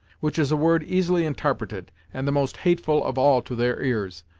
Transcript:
which is a word easily intarpreted, and the most hateful of all to their ears,